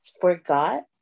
forgot